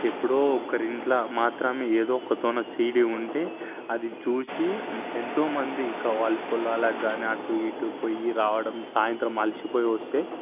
ఎప్పుడో ఒకరి ఇంట్ల మాత్రమే ఏదో ఒకరితోనా సీడీ ఉంటే అది చూసి ఎంతోమంది ఇక వాళ్ళ పొలాలకు గానీ అటు ఇటు పొయ్యి రావడం సాయంత్రం అలసిపోయి వస్తే